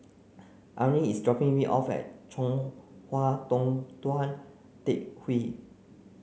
Arlyne is dropping me off at Chong Hua Tong Tou Teck Hwee